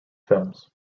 films